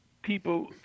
People